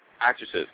actresses